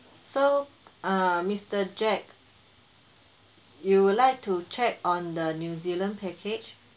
so err mister jack you would like to check on the new zealand package